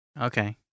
Okay